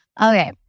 Okay